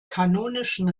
kanonischen